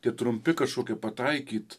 tie trumpi kažkokie pataikyt